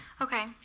okay